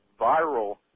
viral